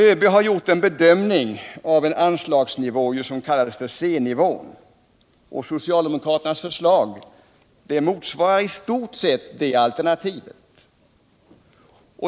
ÖB har gjort en bedömning av en 26 april 1978 anslagsnivå som kallas C-nivån, och socialdemokraternas förslag motsvarar i stort sett det alternativet.